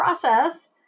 process